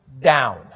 down